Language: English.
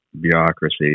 bureaucracy